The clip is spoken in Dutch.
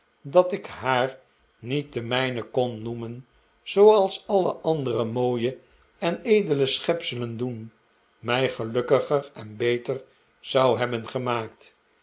dat ik haar niet de mijne kon noemen zooals alle andere mooie en edele schepselen doen mij gelukkiger en beter zou hebhen gemaakt